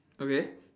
okay